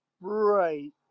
Right